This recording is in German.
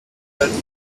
vortrag